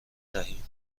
دهیم